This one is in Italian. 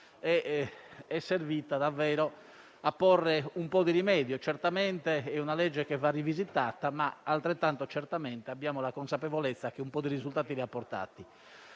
è servito davvero a porre un po' di rimedio; certamente è una legge che va rivisitata, ma altrettanto certamente abbiamo la consapevolezza che un po' di risultati li ha portati.